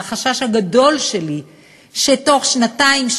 והחשש הגדול שלי הוא שתוך שנתיים,